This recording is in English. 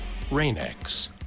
Rainx